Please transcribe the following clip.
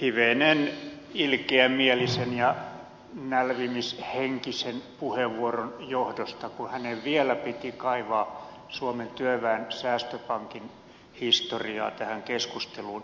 hivenen ilkeämielisen ja nälvimishenkisen puheenvuoronsa johdosta kun hänen vielä piti kaivaa suomen työväen säästöpankin historiaa tähän keskusteluun